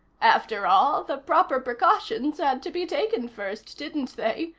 after all, the proper precautions had to be taken first, didn't they?